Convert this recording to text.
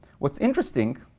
what's interesting,